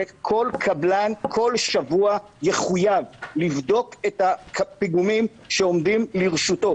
שכל קבלן כל שבוע יחויב לבדוק את הפיגומים שעומדים לרשותו,